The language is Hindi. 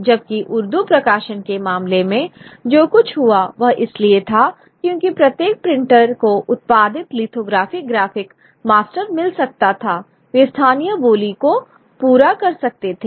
जबकि उर्दू प्रकाशन के मामले में जो कुछ हुआ वह इसलिए था क्योंकि प्रत्येक प्रिंटर को उत्पादित लिथोग्राफ ग्राफिक मास्टर मिल सकता था वे स्थानीय बोली को पूरा कर सकते थे